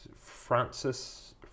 Francis